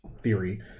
theory